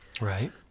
Right